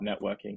networking